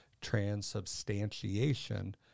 transubstantiation